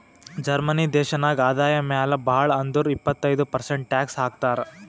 Germany ದೇಶನಾಗ್ ಆದಾಯ ಮ್ಯಾಲ ಭಾಳ್ ಅಂದುರ್ ಇಪ್ಪತ್ತೈದ್ ಪರ್ಸೆಂಟ್ ಟ್ಯಾಕ್ಸ್ ಹಾಕ್ತರ್